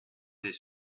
des